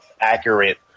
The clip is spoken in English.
accurate